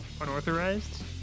Unauthorized